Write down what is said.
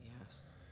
yes